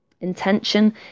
Intention